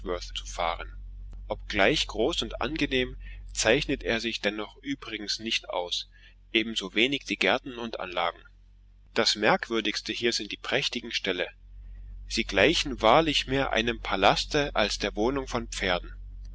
zu fahren obgleich groß und angenehm zeichnet er sich dennoch übrigens nicht aus ebensowenig die gärten und anlagen das merkwürdigste hier sind die prächtigen ställe sie gleichen wahrlich mehr einem palaste als der wohnung von pferden